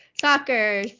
soccer